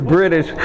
British